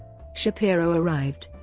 shapiro arrived,